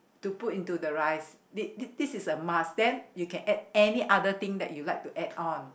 to put into the rice this this is a must then you can add any other thing that you like to add on